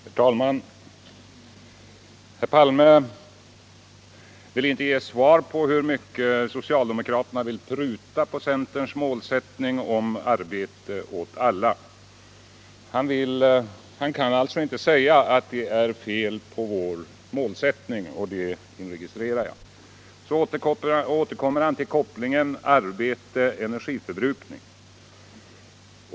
Herr talman! Herr Palme gav inte svar på hur mycket socialdemokraterna vill pruta på centerns målsättning om arbete åt alla. Han kan alltså inte säga att det är fel på vår målsättning, och det inregistrerar jag. Så återkommer herr Palme till kopplingen arbete-energiförbrukning.